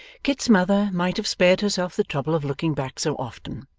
kit's mother might have spared herself the trouble of looking back so often,